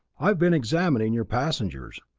i've been examining your passengers.